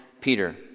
Peter